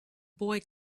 boy